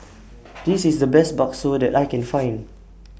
This IS The Best Bakso that I Can Find